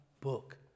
book